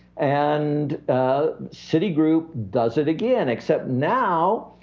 and citigroup does it again. except now,